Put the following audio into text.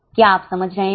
क्या आप समझ रहे हैं